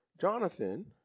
Jonathan